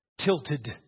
tilted